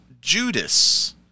Judas